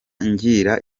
ngira